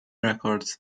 records